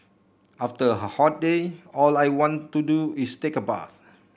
after a hot day all I want to do is take a bath